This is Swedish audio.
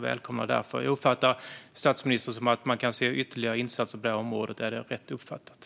Jag uppfattar statsministern som att vi kommer att kunna se ytterligare insatser på detta område. Är det rätt uppfattat?